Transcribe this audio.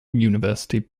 university